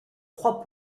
trois